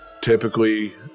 typically